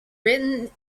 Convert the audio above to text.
written